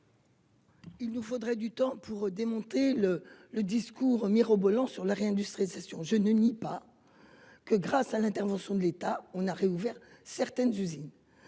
Il nous faudrait du temps pour démonter le le discours mirobolants sur la réindustrialisation, je ne nie pas. Que grâce à l'intervention de l'État. On a réouvert certaines usines.